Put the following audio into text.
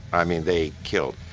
i mean, they killed.